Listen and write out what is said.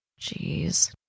Jeez